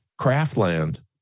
Craftland